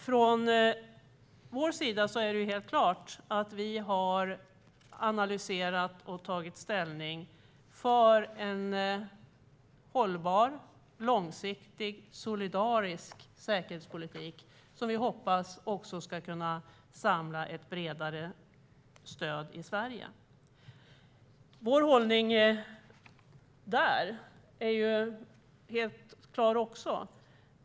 Från vår sida är det helt klart att vi har analyserat detta och tagit ställning för en hållbar, långsiktig och solidarisk säkerhetspolitik som vi hoppas ska kunna samla ett bredare stöd i Sverige. Vår hållning är helt klar.